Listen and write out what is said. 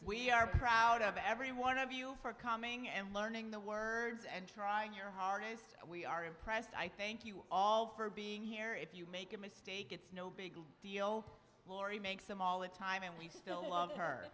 we are proud of every one of you for coming and learning the words and trying your hardest we are impressed i thank you all for being here if you make a mistake it's no big deal laurie makes them all the time and we still love her